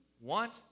want